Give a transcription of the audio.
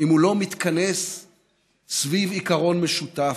אם הוא לא מתכנס סביב עיקרון משותף,